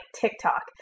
TikTok